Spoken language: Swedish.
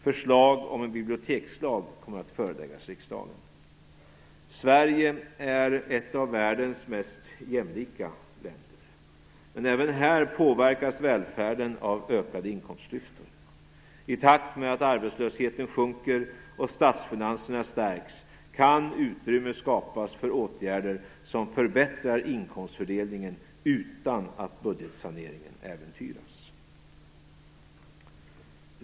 Förslag om en bibliotekslag kommer att föreläggas riksdagen. Sverige är ett av världens mest jämlika länder. Men även här påverkas välfärden av ökade inkomstklyftor. I takt med att arbetslösheten sjunker och statsfinanserna stärks kan utrymme skapas för åtgärder som förbättrar inkomstfördelningen utan att budgetsaneringen äventyras.